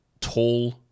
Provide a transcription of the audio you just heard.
tall